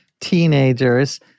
teenagers